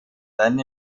then